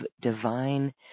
divine